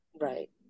Right